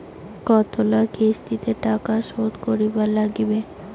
কতোলা কিস্তিতে টাকা শোধ করিবার নাগীবে?